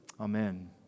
Amen